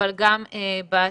אבל גם בעתיד.